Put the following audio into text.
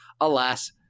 alas –